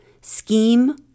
scheme